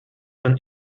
von